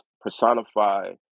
personify